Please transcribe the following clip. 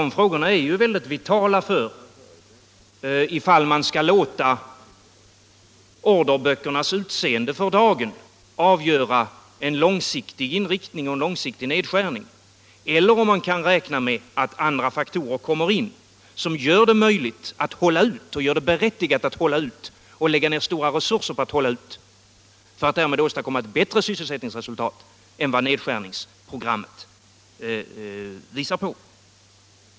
De frågorna är nämligen mycket vitala för bedömningen av huruvida man skall låta orderböckernas utseende för dagen avgöra en långsiktig inriktning och en långsiktig nedskärning eller om man skall räkna med att det kan komma till andra faktorer som gör det möjligt och berättigat att lägga ned stora resurser på att hålla ut för att därmed åstadkomma ett bättre sysselsättningsresultat än vad nedskärningsprogrammet ger.